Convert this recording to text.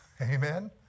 Amen